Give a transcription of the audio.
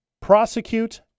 prosecute